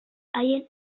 haien